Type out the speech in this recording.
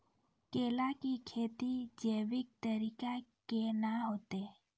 केला की खेती जैविक तरीका के ना होते?